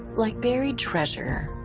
like buried treasure,